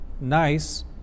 nice